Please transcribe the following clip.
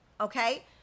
okay